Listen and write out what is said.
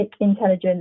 Intelligence